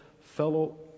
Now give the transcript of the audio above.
fellow